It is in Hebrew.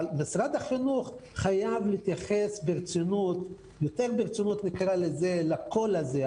משרד החינוך חייב להתייחס יותר ברצינות לקול הזה,